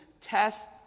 test